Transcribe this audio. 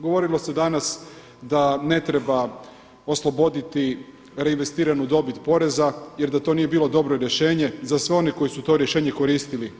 Govorilo se danas da ne treba osloboditi reinvestiranu dobit poreza jer da to nije bilo dobro rješenje za sve one koji su to rješenje koristili.